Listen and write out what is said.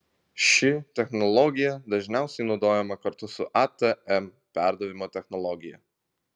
ši technologija dažniausiai naudojama kartu su atm perdavimo technologija